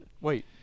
wait